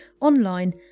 online